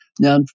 Now